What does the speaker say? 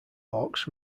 hawks